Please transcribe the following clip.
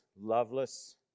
loveless